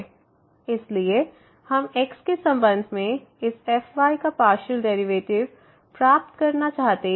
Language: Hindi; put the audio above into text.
इसलिए हम x के संबंध में इस fy का पार्शियल डेरिवेटिव प्राप्त करना चाहते हैं